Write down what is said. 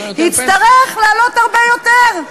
זה יצטרך לעלות הרבה יותר.